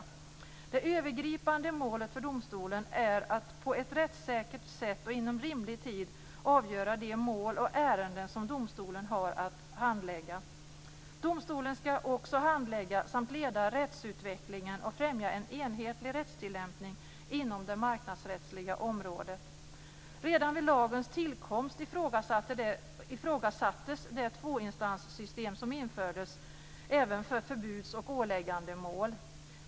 Det övergripande målet för domstolen är att på ett rättssäkert sätt och inom rimlig tid avgöra de mål och ärenden som domstolen har att handlägga. Domstolen skall också handlägga samt leda rättsutvecklingen och främja en enhetlig rättstillämpning inom det marknadsrättsliga området. Redan vid lagens tillkomst ifrågasattes det tvåinstanssystem som infördes även för förbuds och åläggandemål.